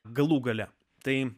galų gale tai